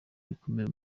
gikomeye